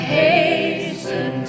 hasten